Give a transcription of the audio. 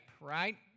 right